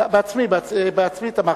בעצמי תמכתי.